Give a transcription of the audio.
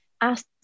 ask